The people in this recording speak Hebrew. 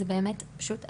זה באמת פשוט הכשרות.